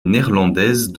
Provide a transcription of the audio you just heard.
néerlandaise